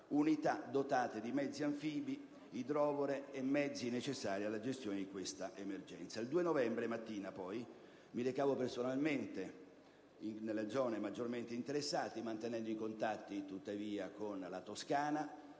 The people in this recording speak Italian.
unità dotate di mezzi anfibi, idrovore e mezzi necessari alla gestione di questa emergenza.